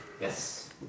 Yes